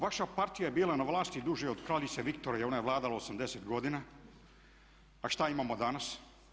Vaša partija je bila na vlasti duže od kraljice Viktorije, ona je vladala 80 godina pa šta imamo danas?